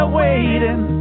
waiting